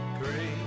great